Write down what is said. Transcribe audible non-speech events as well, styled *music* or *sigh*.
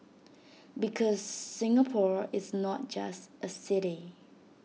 *noise* because Singapore is not just A city